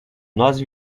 nós